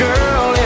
Girl